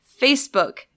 Facebook